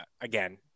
again